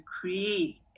create